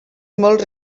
molt